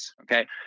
Okay